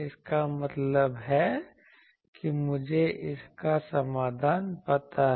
इसका मतलब है कि मुझे इसका समाधान पता है